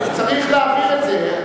צריך להעביר את זה.